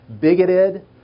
bigoted